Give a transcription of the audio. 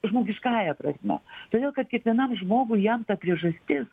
žmogiškąja prasme todėl kad kiekvienam žmogui jam ta priežastis